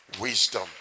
wisdom